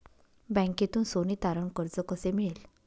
बँकेतून सोने तारण कर्ज कसे मिळेल?